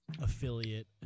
affiliate